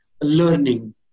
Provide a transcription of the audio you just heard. learning